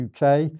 UK